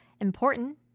important